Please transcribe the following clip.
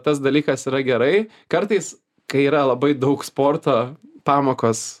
tas dalykas yra gerai kartais kai yra labai daug sporto pamokos